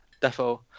defo